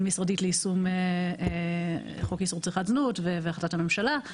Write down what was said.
משרדית ליישום חוק איסור צריכת זנות והחלטות הממשלה.